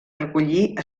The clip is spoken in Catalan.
recollir